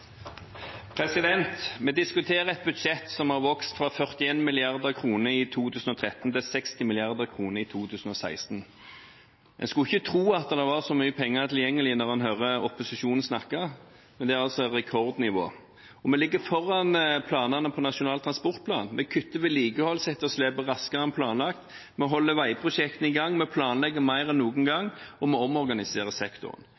Vi diskuterer et budsjett som har vokst fra 41 mrd. kr i 2013 til 60 mrd. kr i 2016. En skulle ikke tro at det var så mye penger tilgjengelig når en hører opposisjonen snakker, men det er altså rekordnivå. Og vi ligger foran planene i Nasjonal transportplan. Vi kutter vedlikeholdsetterslepet raskere enn planlagt. Vi holder veiprosjektene i gang. Vi planlegger mer enn noen gang, og vi omorganiserer sektoren.